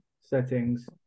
settings